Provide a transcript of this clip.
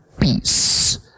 peace